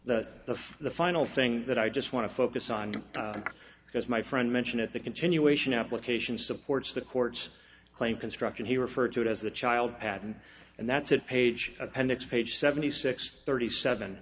curator the the final thing that i just want to focus on because my friend mentioned at the continuation application supports the court's claim construction he referred to it as the child patent and that's it page appendix page seventy six thirty seven